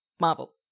Marvel